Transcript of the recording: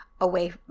away